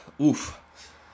Oof